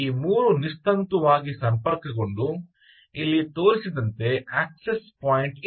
ಈ 3 ನಿಸ್ತಂತುವಾಗಿ ಸಂಪರ್ಕಗೊಂಡು ಇಲ್ಲಿ ತೋರಿಸಿದಂತೆ ಆಕ್ಸೆಸ್ ಪಾಯಿಂಟ್ ಇದೆ